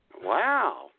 Wow